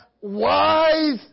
Wise